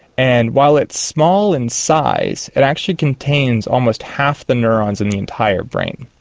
and while it's small in size it actually contains almost half the neurons in the entire brain.